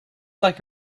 like